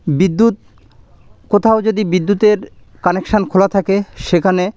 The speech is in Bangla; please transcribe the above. বিদ্যুৎ কোথাও যদি বিদ্যুতের কানেকশন খোলা থাকে সেখানে